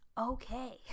okay